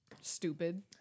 stupid